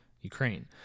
Ukraine